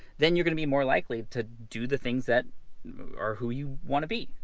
then you're gonna be more likely to do the things that or who you wanna be.